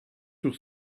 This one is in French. sur